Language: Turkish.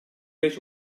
beş